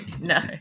no